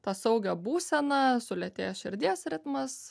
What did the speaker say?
tą saugią būseną sulėtėjęs širdies ritmas